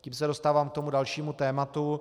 Tím se dostávám k tomu dalšímu tématu.